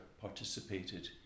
participated